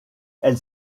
elle